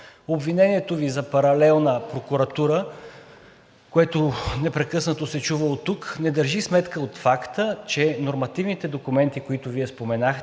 Обвинението Ви за паралелна прокуратура, което непрекъснато се чува оттук, не държи сметка за факта, че нормативните документи, които Вие споменахте,